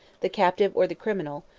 the captive or the criminal,